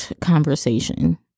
conversation